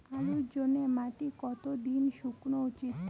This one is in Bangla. আলুর জন্যে মাটি কতো দিন শুকনো উচিৎ?